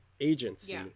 agency